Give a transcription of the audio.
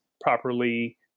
properly